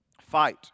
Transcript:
Fight